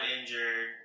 injured